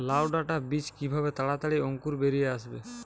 লাউ ডাটা বীজ কিভাবে তাড়াতাড়ি অঙ্কুর বেরিয়ে আসবে?